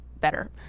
better